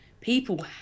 people